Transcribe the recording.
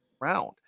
round